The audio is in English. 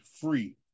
free